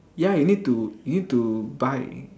ya you need to you need to buy